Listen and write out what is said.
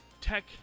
tech